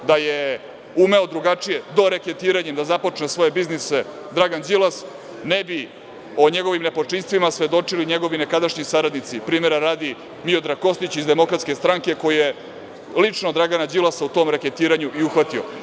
Da je umeo drugačije, doreketiranjem da započne svoj biznis Dragan Đilas, ne bi o njegovim nepočinstvima svedočili njegovi nekadašnji saradnici, primera radi Miodrag Kostić iz DS, koji je lično Dragana Đilasa u tom reketiranju i uhvatio.